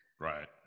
Right